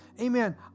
Amen